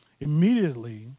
Immediately